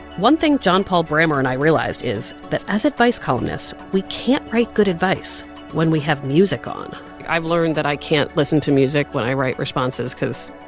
one thing john paul brammer and i realized is that as advice columnists, we can't write good advice when we have music on i've learned that i can't listen to music when i write responses cause,